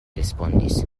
respondis